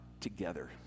together